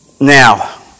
Now